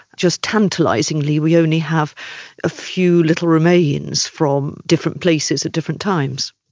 just tantalisingly we only have a few little remains from different places at different times.